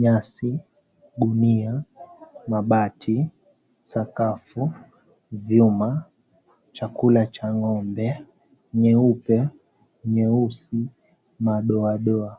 Nyasi, Gunia, Mabati, Sakafu, Vyuma, Chakula cha Ng'ombe, Nyeupe, Nyeusi, Madoadoa